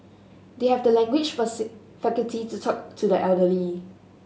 they have the language faculty to talk to the elderly